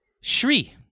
Shri